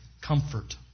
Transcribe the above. comfort